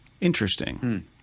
Interesting